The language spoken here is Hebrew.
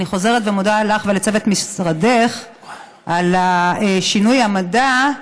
אני חוזרת ומודה לך ולצוות משרדך על שינוי העמדה.